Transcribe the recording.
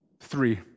three